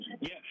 Yes